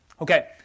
Okay